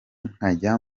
nkajya